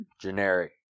generic